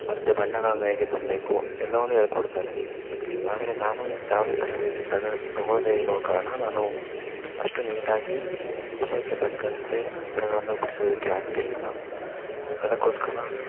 ಮತ್ತು ಬಣ್ಣಗಳನ್ನು ಹೇಗೆ ತುಂಬಬೇಕು ಎಲ್ಲವನ್ನೂ ಹೇಳ್ಕೊಡ್ತಾರೆ ಆದರೆ ನಾನು ಯಾವುದೇ ತರಬೇತಿ ತಗಳ್ ತಗೊಳ್ಳದೆ ಇರುವ ಕಾರಣ ನಾನು ಅಷ್ಟು ನೀಟಾಗಿ ವಿಷಯಕ್ಕೆ ತಕ್ಕಂತೆ ಚಿತ್ರಗಳನ್ನು ಬಿಡಿಸುವುದಕ್ಕೆ ಆಗ್ತಿರ್ಲಿಲ್ಲ ಅದಕ್ಕೋಸ್ಕರ